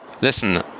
listen